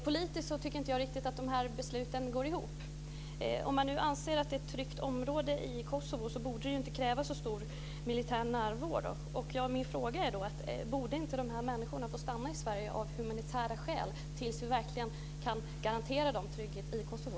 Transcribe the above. Politiskt tycker jag att dessa beslut inte riktigt går ihop. Om man nu anser att det är ett tryggt område i Kosovo, så borde det ju inte krävas en så stor militär närvaro. Min fråga är: Borde inte dessa människor få stanna i Sverige av humanitära skäl tills vi verkligen kan garantera dem trygghet i Kosovo?